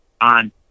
on